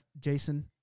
Jason